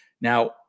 now